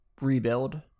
rebuild